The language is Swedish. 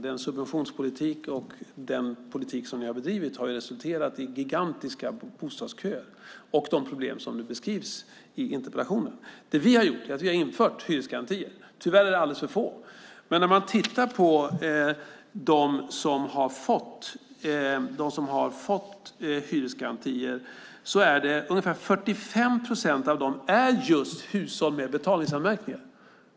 Den subventionspolitik och övriga politik som de bedrivit har resulterat i gigantiska bostadsköer och de problem som beskrivs i interpellationen. Vi har infört hyresgarantier. Tyvärr är de alldeles för få, men när man tittar på dem som fått hyresgarantier ser man att ungefär 45 procent just är hushåll med betalningsanmärkningar.